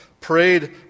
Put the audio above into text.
prayed